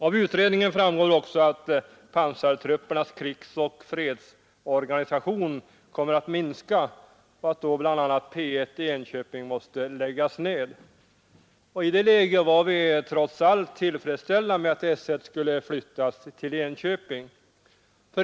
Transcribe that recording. Av utredningen framgår också att pansartruppernas krigsoch fredsorganisation kommer att minska och att då bl.a. P 1 i Enköping måste läggas ned. I det läget var vi trots allt tillfredsställda med att S 1 skulle flyttas till Enköping.